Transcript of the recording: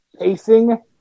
pacing